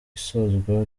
isozwa